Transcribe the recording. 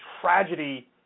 tragedy